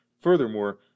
Furthermore